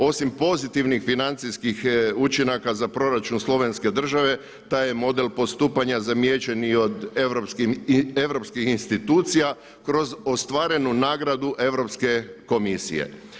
Osim pozitivnih financijskih učinaka za proračun slovenske države taj je model postupanja zamijećen i od europskih institucija kroz ostvarenu nagradu europske komisije.